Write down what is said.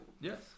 Yes